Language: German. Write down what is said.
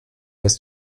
ist